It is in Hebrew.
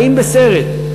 חיים בסרט.